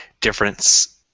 difference